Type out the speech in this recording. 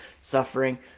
suffering